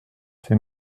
ses